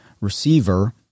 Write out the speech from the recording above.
receiver